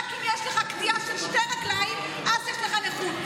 רק אם יש לך קטיעה של שתי רגליים אז יש לך נכות.